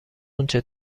اونچه